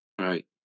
Right